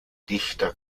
dichter